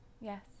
Yes